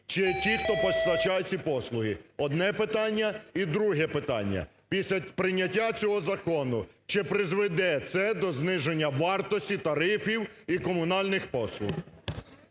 чи ті хто постачає ці послуги? Одне питання. І друге питання: після прийняття цього закону, чи призведе це до зниження вартості тарифів і комунальних послуг?